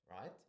right